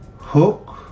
hook